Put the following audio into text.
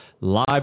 live